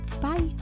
Bye